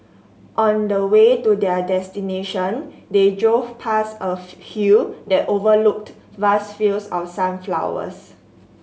on the way to their destination they drove past a hill that overlooked vast fields of sunflowers